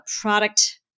product